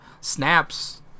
Snaps